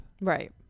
right